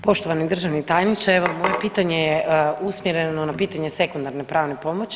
Poštovani državi tajniče evo moje pitanje je usmjereno na pitanje sekundarne pomoći.